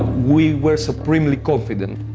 we were supremely confident.